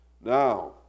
Now